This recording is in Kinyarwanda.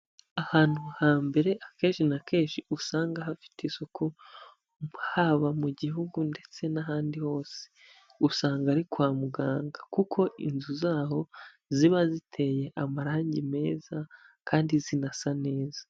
Ahantu hambere akenshi na kenshi usanga hafite isuku haba mu gihugu ndetse n'ahandi hose, usanga ari kwa muganga kuko inzu zaho ziba ziteye amarangi meza kandi zinasa neza.